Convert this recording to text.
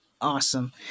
Awesome